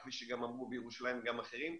כפי שאמרו בירושלים וגם אחרים,